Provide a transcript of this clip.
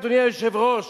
אדוני היושב-ראש,